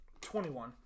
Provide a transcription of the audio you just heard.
21